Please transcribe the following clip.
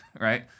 Right